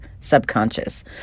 subconscious